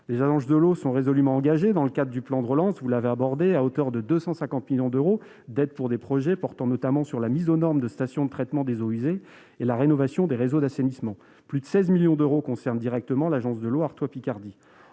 Les agences de l'eau sont résolument engagées dans le cadre du plan de relance. Sur les 250 millions d'euros d'aides allouées à des projets portant notamment sur la mise aux normes des stations de traitement des eaux usées et la rénovation des réseaux d'assainissement, plus de 16 millions d'euros concernent directement l'agence de l'eau Artois-Picardie.